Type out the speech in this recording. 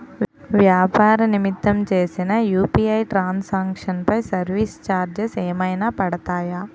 వ్యాపార నిమిత్తం చేసిన యు.పి.ఐ ట్రాన్ సాంక్షన్ పై సర్వీస్ చార్జెస్ ఏమైనా పడతాయా?